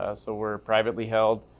ah so we're privately held.